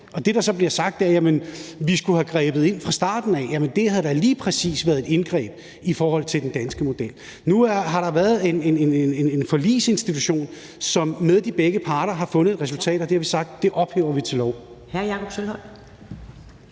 Det, der så bliver sagt, er: Jamen vi skulle have grebet ind fra starten af. Men det havde da lige præcis været et indgreb i forhold til den danske model. Nu har der været en forligsinstitution, som med begge parter har fundet et resultat, og vi har sagt: Det ophøjer vi til lov. Kl. 13:31 Første